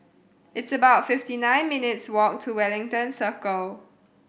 it's about fifty nine minutes' walk to Wellington Circle